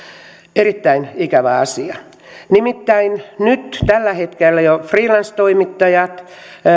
erittäin ikävä asia nimittäin nyt tällä hetkellä jo freelance toimittajat